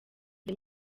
the